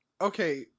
okay